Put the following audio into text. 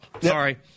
Sorry